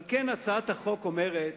על כן, הצעת החוק אומרת